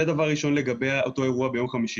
זה דבר ראשון לגבי אותו אירוע ביום חמישי.